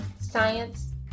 science